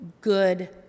good